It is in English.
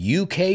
UK